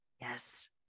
Yes